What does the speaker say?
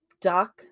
duck